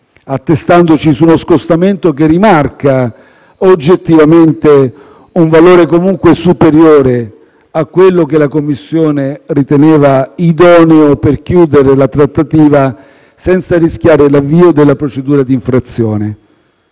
attestandoci su uno scostamento che rimarca oggettivamente un valore comunque superiore a quello che la Commissione riteneva idoneo per chiudere la trattativa senza rischiare l'avvio della procedura d'infrazione.